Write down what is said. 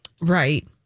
Right